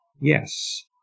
Yes